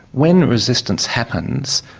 when resistance happens,